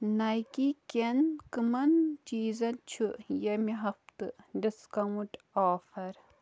Nike کٮ۪ن کٔمن چیٖزن چھُ ییٚمہِ ہفتہٕ ڈسکاونٛٹ آفر